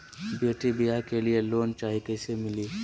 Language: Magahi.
बेटी ब्याह के लिए लोन चाही, कैसे मिली?